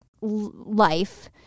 life